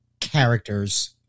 characters